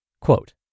Quote